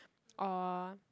or